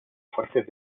fuertes